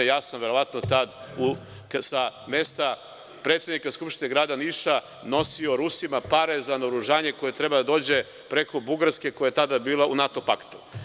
Ja sam verovatno tada sa mesta predsednika skupštine Grada Niša nosio Rusima pare za naoružanje koje je treba da dođe preko Bugarske koja je tada bila u NATO-paktu.